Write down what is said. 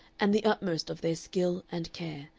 and the utmost of their skill and care,